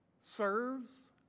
serves